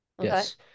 Yes